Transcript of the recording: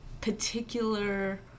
particular